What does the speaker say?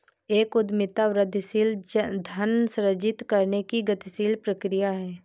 एक उद्यमिता वृद्धिशील धन सृजित करने की गतिशील प्रक्रिया है